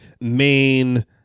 main